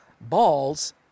balls